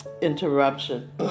interruption